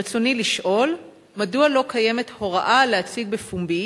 רצוני לשאול: מדוע לא קיימת הוראה להציג בפומבי